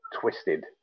twisted